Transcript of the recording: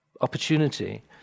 opportunity